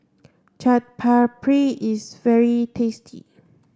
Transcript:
Chaat Papri is very tasty